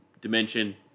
dimension